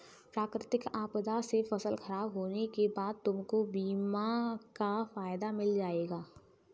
प्राकृतिक आपदा से फसल खराब होने के बाद तुमको बीमा का फायदा मिल जाएगा